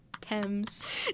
Thames